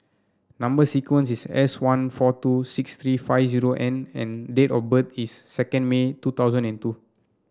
number sequence is S one four two six three five zero N and date of birth is second May two thousand and two